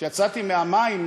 כשיצאתי מהמים,